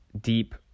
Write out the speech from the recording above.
deep